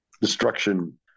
destruction